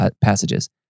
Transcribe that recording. passages